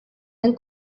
den